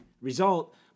result